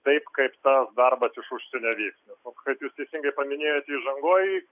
taip kaip tas darbas iš užsienio vyks kaip jūs teisingai paminėjot įžangoj